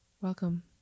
welcome